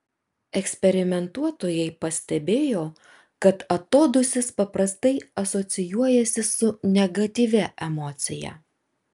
eksperimentuotojai pastebėjo kad atodūsis paprastai asocijuojasi su negatyvia emocija